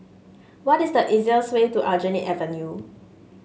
what is the easiest way to Aljunied Avenue